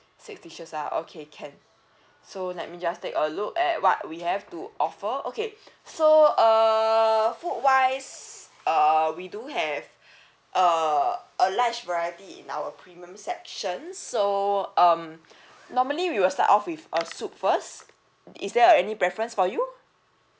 six dishes ah okay can so let me just take a look at what we have to offer okay so err food wise err we do have err a large variety in our premium section so um normally we will start off with a soup first is there uh any preference for you